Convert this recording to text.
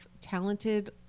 talented